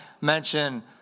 mention